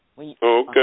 Okay